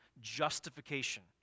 justification